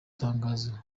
tangazo